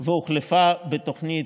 והוחלפה בתוכנית,